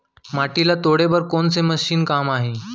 माटी ल तोड़े बर कोन से मशीन काम आही?